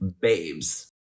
babes